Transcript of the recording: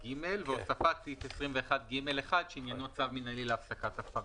21ג והוספת סעיף 21ג1 שעניינו צו מינהלי להפסקת הפרה.